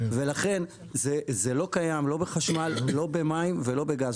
ולכן, זה לא קיים לא בחשמל, לא במים ולא בגז.